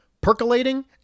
percolating